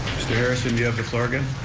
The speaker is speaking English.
mr. harrison, you have the floor again.